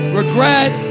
regret